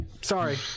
Sorry